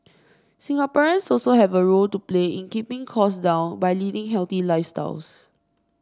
Singaporeans also have a role to play in keeping costs down by leading healthy lifestyles